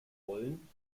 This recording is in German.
rollen